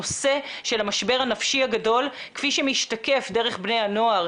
הנושא של המשבר הנפשי הגדול כפי שמשתקף דרך בני הנוער